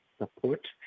Support